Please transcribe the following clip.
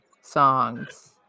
songs